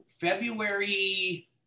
February